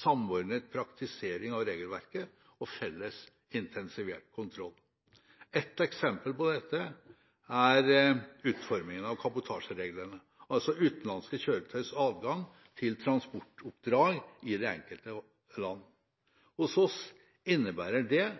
samordnet praktisering av regelverket og felles intensivert kontroll. Et eksempel på dette er utformingen at kabotasjereglene, altså utenlandske kjøretøys adgang til transportoppdrag i det enkelte land. Hos oss innebærer det